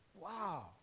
Wow